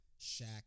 Shaq